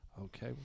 Okay